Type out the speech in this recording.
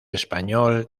español